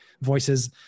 voices